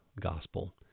gospel